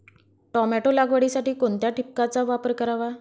Tomato लागवडीसाठी कोणत्या ठिबकचा वापर करावा?